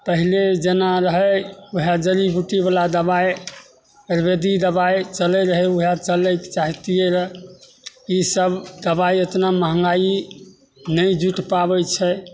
पहिले जेना रहै वएह जड़ी बुटीवला दवाइ आयुर्वेदि दवाइ चलै रहै वएह चलैके चाहितिए रहै ईसब दवाइ एतना महगाइ नहि जुटि पाबै छै